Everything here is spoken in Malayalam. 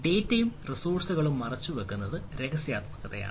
ഡാറ്റയും റിസോഴ്സ്കളും മറച്ചുവെക്കുന്നത് രഹസ്യാത്മകതയാണ്